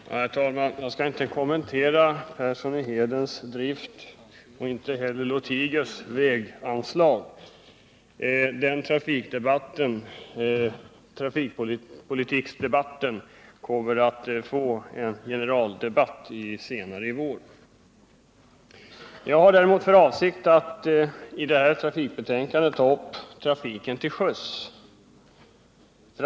Herr talman! Jag skall inte kommentera Arne Perssons synpunkter på driftanslagen och inte heller vad herr Lothigius sade om väganslagen. Den diskussionen kommer att tas upp i en trafikpolitisk generaldebatt senare i vår. Jag har däremot för avsikt att ta upp det som sägs om trafiken till sjöss i det betänkande från trafikutskottet som vi nu diskuterar.